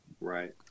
Right